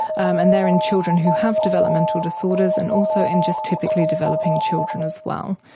um and they are in children who have developmental disorders and also in just typically developing children as well.